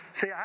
See